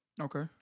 Okay